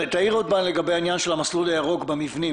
לגבי המסלול הירוק במבנים,